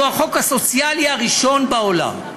הוא החוק הסוציאלי הראשון בעולם.